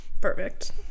Perfect